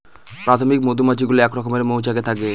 প্রাথমিক মধুমাছি গুলো এক রকমের মৌচাকে থাকে